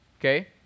Okay